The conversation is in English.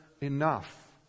enough